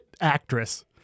actress